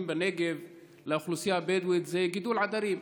בנגב לאוכלוסייה הבדואית זה גידול עדרים.